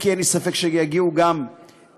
כי אין לי ספק שיגיעו גם אליך.